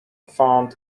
found